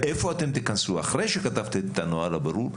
איפה אתם תיכנסו אחרי שכתבתם את הנוהל הברור?